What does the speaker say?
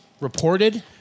Reported